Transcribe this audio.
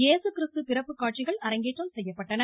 ஏசுகிறிஸ்து பிறப்பு காட்சிகள் அரங்கேற்றம் செய்யப்பட்டன